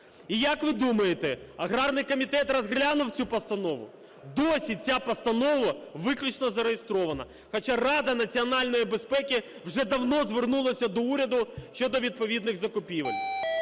І, як ви думаєте, аграрний комітет розглянув цю постанову? Досі ця постанова виключно зареєстрована, хоча Рада національної безпеки вже давно звернулася до уряду щодо відповідних закупівель.